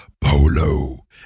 polo